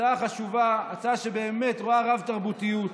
הצעה חשובה, הצעה שבאמת רואה רב-תרבותיות,